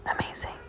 Amazing